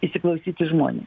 įsiklausyti į žmone